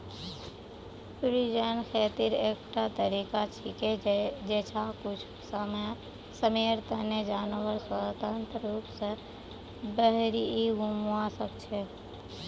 free range खेतीर एकटा तरीका छिके जैछा कुछू समयर तने जानवर स्वतंत्र रूप स बहिरी घूमवा सख छ